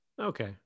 okay